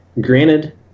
Granted